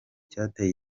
cyateye